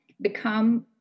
become